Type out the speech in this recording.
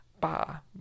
ba